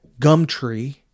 Gumtree